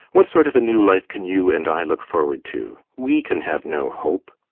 what sort of a new life can you and i look forward to? we can have no hope.